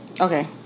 Okay